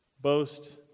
boast